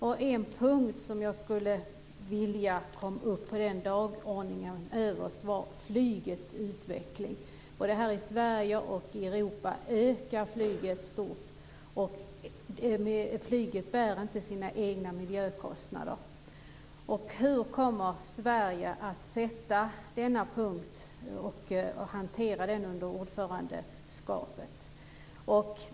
En punkt som jag skulle vilja kom upp överst på den dagordningen gäller flygtrafikens utveckling. Både här i Sverige och i Europa ökar flygtrafiken stort. Och flygtrafiken bär inte sina egna miljökostnader. Hur kommer Sverige att hantera denna punkt under ordförandeskapet?